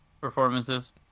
performances